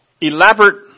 elaborate